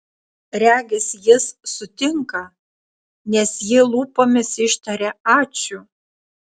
regis jis sutinka nes ji lūpomis ištaria ačiū